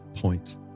point